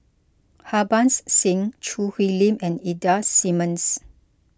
Harbans Singh Choo Hwee Lim and Ida Simmons